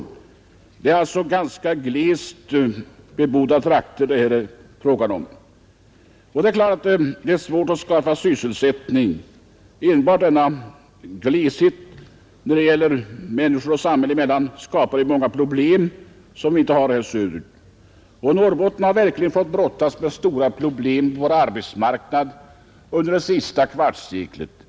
Det är alltså ganska glest bebodda trakter, och man förstår att det är svårt att skapa sysselsättning. Enbart denna gleshet när det gäller människor och samhällen skapar många problem som inte finns söderut. Norrbotten har verkligen fått brottas med stora problem på arbetsmarknaden under det senaste kvartsseklet.